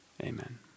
Amen